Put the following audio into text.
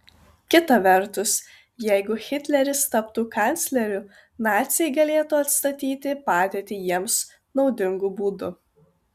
kita vertus jeigu hitleris taptų kancleriu naciai galėtų atstatyti padėtį jiems naudingu būdu